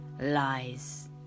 lies